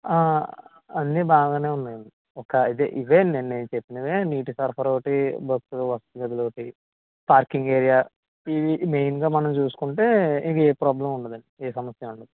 అన్నీ బాగానే ఉన్నాయి అండి ఒక్క ఇదే ఇవే అండీ నేను చెప్పినవే నీటి సరఫరా ఒకటి భక్తుల వసతి గదులు ఒకటి పార్కింగ్ ఏరియా ఇవి మెయిన్గా మనం చూసుకుంటే ఇవి ఏ ప్రాబ్లమ్ ఉంది అండి ఏ సమస్య ఉండదు